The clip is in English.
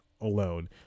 alone